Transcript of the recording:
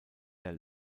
der